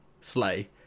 slay